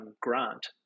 grant